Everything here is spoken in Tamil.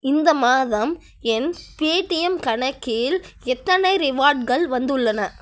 இந்த மாதம் என் பேடிஎம் கணக்கில் எத்தனை ரிவார்டுகள் வந்துள்ளன